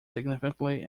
significantly